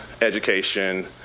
education